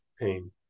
pain